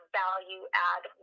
value-add